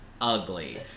ugly